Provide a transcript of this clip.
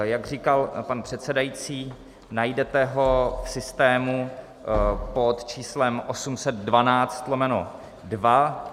Jak říkal pan předsedající, najdete ho v systému pod číslem 812/2.